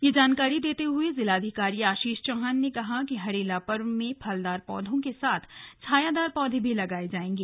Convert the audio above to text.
यह जानकारी देते हुए जिलाधिकारी आशीष चौहान ने कहा कि हरेला पर्व में फलदार पौधों के साथ छायादार पौधे भी रोपित किए जाएंगे